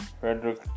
Frederick